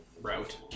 route